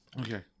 Okay